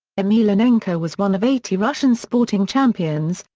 emelianenko was one of eighty russian sporting champions,